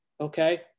okay